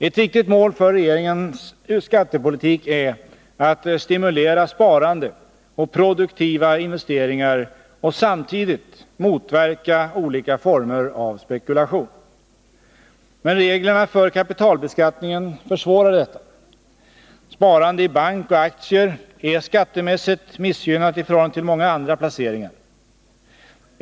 Ett viktigt mål för regeringens skattepolitik är att stimulera sparande och produktiva investeringar och samtidigt motverka olika former av spekulation. Men reglerna för kapitalbeskattningen försvårar detta. Sparande i bank och aktier är skattemässigt missgynnat i förhållande till många andra placeringar.